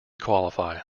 qualify